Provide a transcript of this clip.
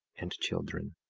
and children.